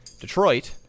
detroit